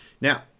Now